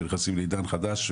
שנכנסים לעידן חדש,